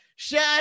Shut